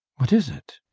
what is it?